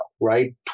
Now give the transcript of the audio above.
right